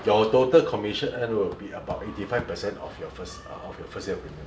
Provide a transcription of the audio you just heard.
your total commission earned will be about eighty-five percent of your first of your first year premium